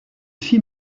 six